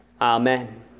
Amen